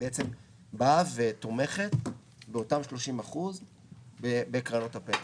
בעצם היא באה ותומכת באותם 30% בקרנות הפנסיה.